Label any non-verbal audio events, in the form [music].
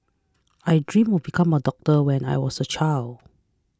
I dreamt of becoming a doctor when I was a child [noise]